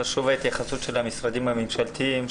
חשוב ההתייחסות של המשרדים הממשלתיים,